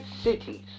cities